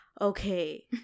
okay